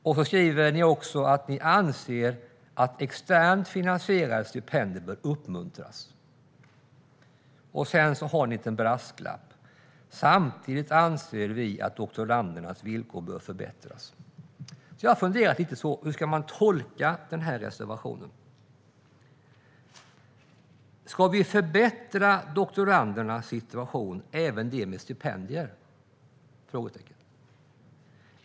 Ni skriver också att ni anser att externt finansierade stipendier bör uppmuntras. Sedan har ni en liten brasklapp: Samtidigt anser vi att doktorandernas villkor bör förbättras. Jag har funderat lite. Hur ska man tolka reservationen? Ska vi förbättra doktorandernas situation och även för dem med stipendier?